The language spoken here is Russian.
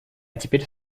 теперь